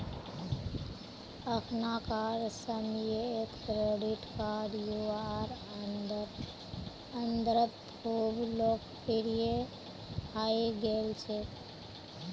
अखनाकार समयेत credit card युवार अंदरत खूब लोकप्रिये हई गेल छेक